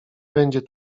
będzie